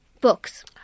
Books